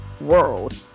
world